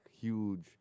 huge